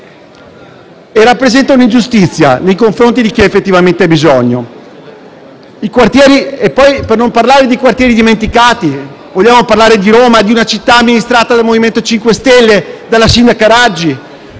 e rappresenta un'ingiustizia nei confronti di chi ha effettivamente bisogno. Per non parlare poi dei quartiere dimenticati. Vogliamo parlare di Roma, di una città amministrata dal MoVimento 5 Stelle, dalla sindaca Raggi,